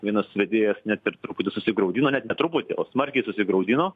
vienas vedėjas net ir truputį susigraudino net truputį o smarkiai susigraudino